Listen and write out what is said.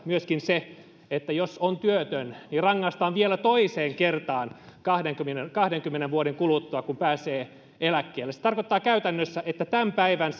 myöskin se että jos on työtön niin rangaistaan vielä toiseen kertaan kahdenkymmenen kahdenkymmenen vuoden kuluttua kun pääsee eläkkeelle se tarkoittaa käytännössä että tämän päivän